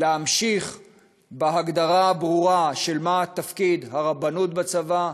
להמשיך בהגדרה הברורה של תפקיד הרבנות בצבא,